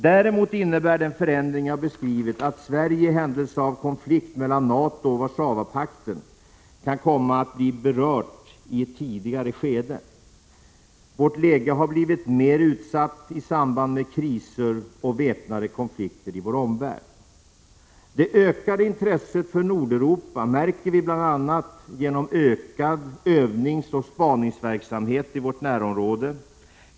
Däremot innebär den förändring jag beskrivit att Sverige i händelse av konflikt mellan NATO och Warszawapakten kan komma att bli berört i ett tidigare skede. Vårt läge har blivit mer utsatt i samband med kriser och väpnade konflikter i vår omvärld. Det ökade intresset för Nordeuropa märker vi bl.a. genom ökad övningsoch spaningsverksamhet i vårt närområde.